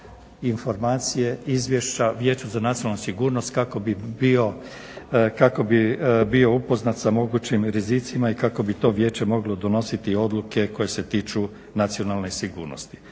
informacije, izvješća Vijeću za nacionalnu sigurnost kako bi bio upoznat sa mogućim rizicima i kako bi to vijeće moglo donositi odluke koje se tiču nacionalne sigurnosti.